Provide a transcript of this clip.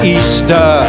Easter